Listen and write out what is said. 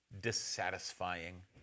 dissatisfying